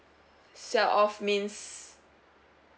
sell off means